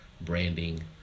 branding